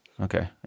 Okay